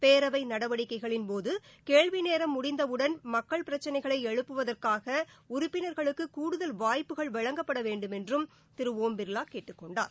பேரவை நடவடிக்கைகளின்போது கேள்வி நேரம் முடிந்தவுடன் மக்கள் பிரச்சனைகளை எழுப்புவதற்காக உறப்பினர்களுக்கு கூடுதல் வாய்ப்புகள் வழங்கப்பட வேண்டும் என்றும் திரு ஒம் பிர்லா கேட்டுக்கொண்டார்